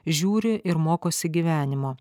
žiūri ir mokosi gyvenimo